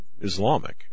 Islamic